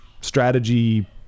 strategy